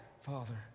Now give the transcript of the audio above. Father